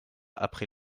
après